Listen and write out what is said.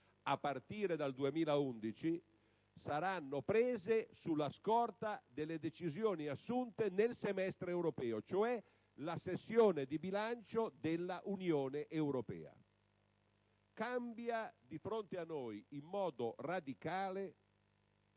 a partire dal 2011, saranno prese sulla scorta delle decisioni assunte nel semestre europeo. In sostanza, siamo di fronte alla sessione di bilancio dell'Unione europea. Cambia, di fronte a noi e in modo radicale,